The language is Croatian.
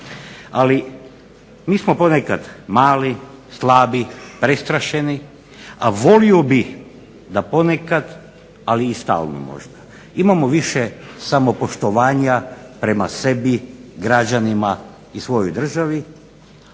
Ali mi smo ponekad mali, slabi, prestrašeni, a volio bih da ponekad ali i stalno možda imamo više samopoštovanja prema sebi, građanima i svojoj državi,